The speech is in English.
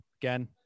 Again